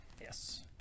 Yes